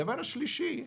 הדבר השלישי,